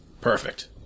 Perfect